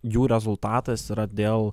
jų rezultatas yra dėl